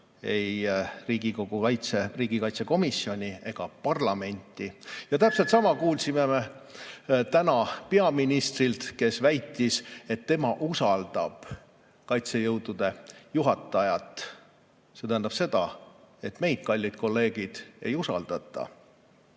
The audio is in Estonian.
ei Riigikogu riigikaitsekomisjoni ega parlamenti. Ja täpselt sama kuulsime täna peaministrilt, kes väitis, et tema usaldab kaitsejõudude juhatajat. See tähendab seda, et meid, kallid kolleegid, ei usaldata.